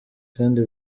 kandi